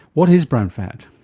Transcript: what is brown fat?